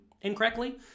incorrectly